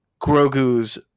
Grogu's